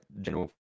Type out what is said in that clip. general